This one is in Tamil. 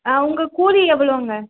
உங்கள் கூலி எவ்வளோங்க